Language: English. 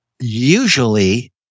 usually